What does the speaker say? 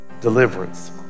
deliverance